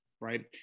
right